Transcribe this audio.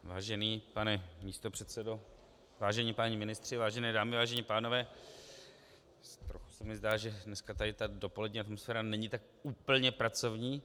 Vážený pane místopředsedo, vážení páni ministři, vážené dámy, vážení pánové, trochu se mi zdá, že dneska tady ta dopolední atmosféra není tak úplně pracovní.